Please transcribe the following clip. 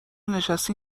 نشستی